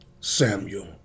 Samuel